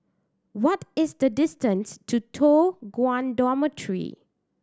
what is the distance to Toh Guan Dormitory